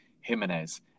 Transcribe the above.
Jimenez